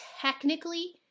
technically